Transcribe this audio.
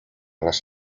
las